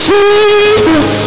Jesus